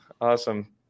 Awesome